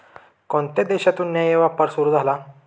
कोणत्या देशातून न्याय्य व्यापार सुरू झाला?